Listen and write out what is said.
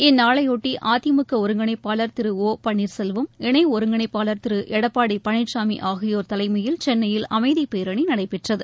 இந்நாளையொட்டி அதிமுக ஒருங்கிணைப்பாளர் திரு ஒ பன்னீர்செல்வம் இணை ஒருங்கிணைப்பாளர் திரு எடப்பாடி பழனிசாமி ஆகியோா் தலைமையில் சென்னையில் அமைதிப் பேரணி நடைபெற்றது